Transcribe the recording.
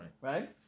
right